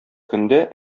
көндә